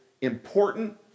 important